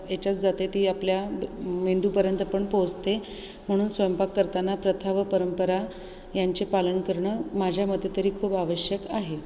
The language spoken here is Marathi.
ह्याच्यात जाते ती आपल्या मेंदूपर्यंत पण पोहोचते म्हणून स्वयंपाक करताना प्रथा व परंपरा यांचे पालन करणं माझ्या मते तरी खूप आवश्यक आहे